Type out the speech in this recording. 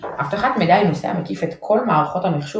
אבטחת מידע היא נושא המקיף את כל מערכות המחשוב